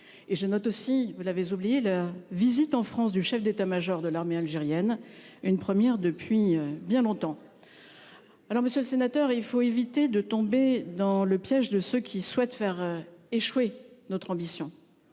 J'ajouterai enfin- vous l'avez oubliée -la visite en France du chef d'état-major de l'armée algérienne, une première depuis bien longtemps. Génial ! Monsieur le sénateur, il faut éviter de tomber dans le piège de ceux qui souhaitent faire échouer notre ambition.